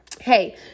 hey